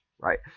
Right